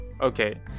okay